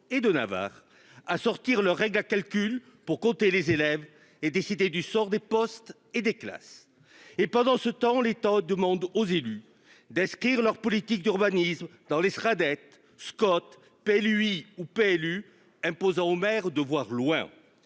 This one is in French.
et de Navarre à sortir le règle à calcul pour compter les élèves et décider du sort des postes et des classes. Et pendant ce temps, l'État demande aux élus d'Esquire leur politique d'urbanisme dans les. Scott. Lui ou PLU imposant au maire de voir loin.